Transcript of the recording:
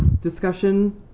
Discussion